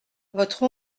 votre